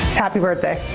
happy birthday.